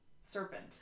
Serpent